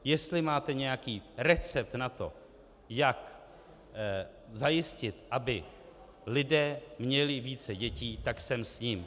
Jestli máte nějaký recept na to, jak zajistit, aby lidé měli více dětí, tak sem s ním.